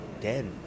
dead